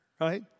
Right